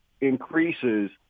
increases